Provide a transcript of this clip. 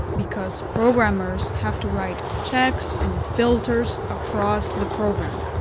because programmers have to write checks and filters across the program.